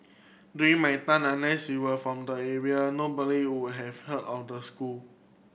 during my time unless you were from the area nobody would have heard of the school